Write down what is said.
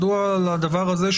מדוע על הדבר הזה,